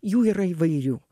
jų yra įvairių